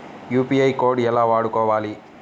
UPI code ఎలా వాడుకోవాలి?